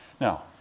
Now